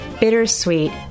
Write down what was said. bittersweet